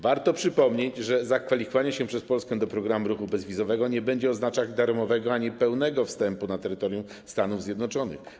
Warto przypomnieć, że zakwalifikowanie się przez Polskę do programu ruchu bezwizowego nie będzie oznaczać darmowego ani pełnego wstępu na terytorium Stanów Zjednoczonych.